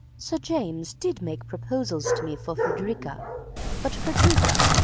sir james did make proposals to me for frederica but frederica,